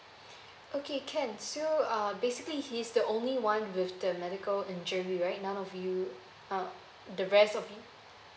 okay can so uh basically he is the only one with the medical injury right none of you uh the rest of you